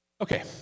Okay